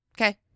Okay